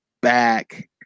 back